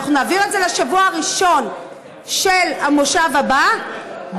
אנחנו נעביר את זה לשבוע הראשון של המושב הבא,